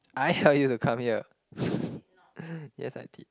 I helped you to come here yes I did